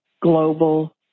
global